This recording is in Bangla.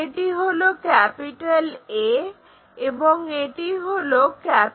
এটি হলো A এবং এটি B